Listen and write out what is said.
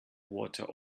water